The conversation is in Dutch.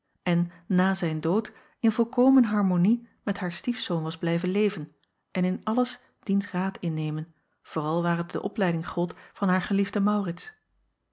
en na zijn dood in volkomen harmonie met haar stiefzoon was blijven leven en in alles diens raad innemen vooral waar het de opleiding gold van haar geliefden maurits